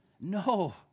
No